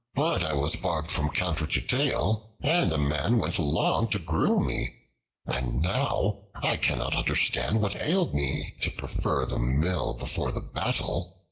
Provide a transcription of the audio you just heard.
but i was barbed from counter to tail, and a man went along to groom me and now i cannot understand what ailed me to prefer the mill before the battle.